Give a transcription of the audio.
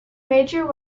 major